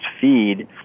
feed